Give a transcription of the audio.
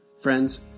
Friends